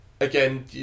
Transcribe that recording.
Again